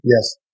Yes